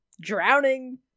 drowning